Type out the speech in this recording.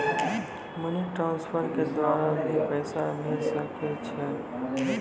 Money transfer के द्वारा भी पैसा भेजै सकै छौ?